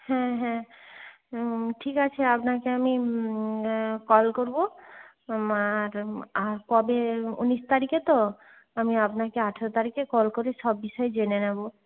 হ্যাঁ হ্যাঁ ঠিক আছে আপনাকে আমি কল করব আর আর কবে উনিশ তারিখে তো আমি আপনাকে আঠারো তারিখে কল করে সব বিষয়ে জেনে নেব